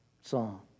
song